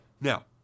Now